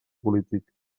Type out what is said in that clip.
polític